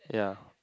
yeah